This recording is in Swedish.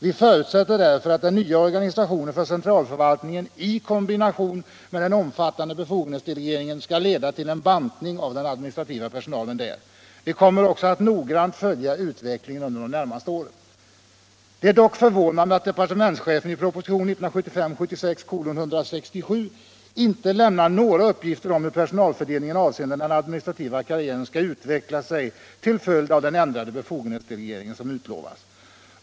Vi förutsätter därför att den nya organisationen för centralförvaltningen i kombination med en omfattande befogenhetsdelegering skall leda till en bantning av den administrativa personalen där. Vi kommer också att noggrant följa utvecklingen under de närmaste åren, . Det är dock förvånande att departementschefen i proposition 1975/76:167 inte lämnar några uppgifter om hur personalfördelningen avseende den administrativa karriären skulle utveckla sig till följd av den ändrade befogenhetsdelegering som utlovas.